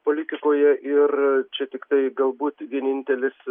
politikoje ir čia tiktai galbūt vienintelis